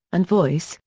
and voice,